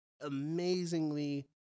amazingly